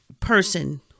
person